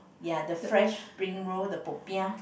ya the fresh spring roll the popiah